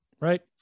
right